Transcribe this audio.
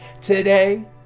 Today